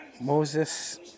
Moses